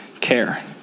care